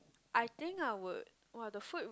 I think I would !wah! the food